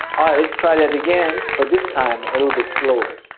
let's try that again but this time a little bit slower.